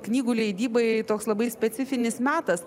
knygų leidybai toks labai specifinis metas